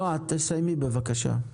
נעה, תסיימי בבקשה.